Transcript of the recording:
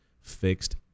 fixed